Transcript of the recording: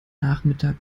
nachmittag